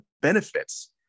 benefits